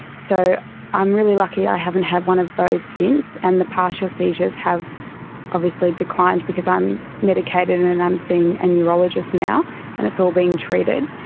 so i'm really lucky i haven't had one of those since, and the partial seizures have obviously declined because i'm medicated and and i'm seeing a neurologist now and it's all being treated.